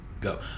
go